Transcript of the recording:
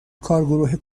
کارگروه